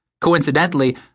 Coincidentally